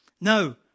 No